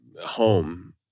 home